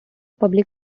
public